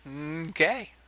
Okay